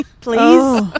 Please